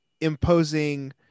imposing